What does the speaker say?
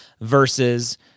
versus –